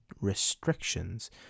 restrictions